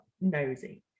nosy